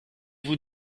vous